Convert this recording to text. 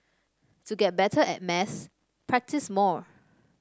to get better at maths practise more